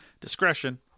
Discretion